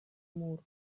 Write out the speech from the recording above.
mur